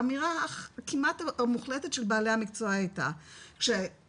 האמירה הכמעט מוחלטת של בעלי המקצוע הייתה שהמטופל